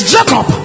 Jacob